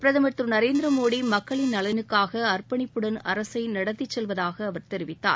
பிரதமர் திரு நரேந்திர மோடி மக்களின் நலனுக்காக அற்பனிப்புடன் அரசை நடத்தி செல்வதாக அவர் தெரிவித்தார்